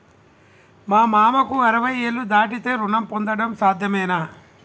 మా మామకు అరవై ఏళ్లు దాటితే రుణం పొందడం సాధ్యమేనా?